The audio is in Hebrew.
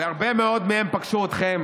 והרבה מאוד מהם פגשו אתכם